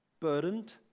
burdened